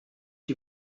die